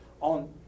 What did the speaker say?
on